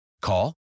Call